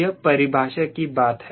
यह परिभाषा की बात है